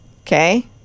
okay